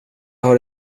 har